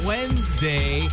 Wednesday